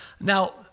Now